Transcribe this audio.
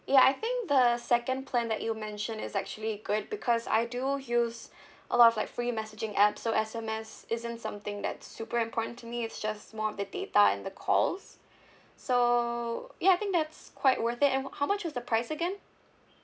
ya I think the second plan that you mentioned is actually good because I do use a lot of like free messaging app so S_M_S isn't something that's super important to me it's just more of the data and the calls so ya I think that's quite worth it and wha~ how much is the price again